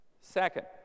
Second